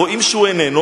רואים שהוא איננו.